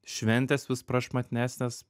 šventės vis prašmatnesnės